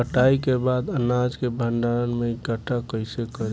कटाई के बाद अनाज के भंडारण में इकठ्ठा कइसे करी?